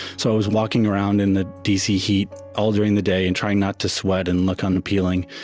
so i was walking around in the d c. heat all during the day and trying not to sweat and look unappealing.